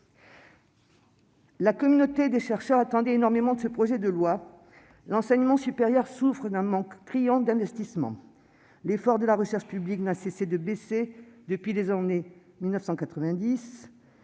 La communauté des chercheurs attendait énormément de ce projet de loi. L'enseignement supérieur souffre d'un manque criant d'investissements : l'effort de recherche publique n'a cessé de baisser depuis les années 1990.